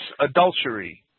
adultery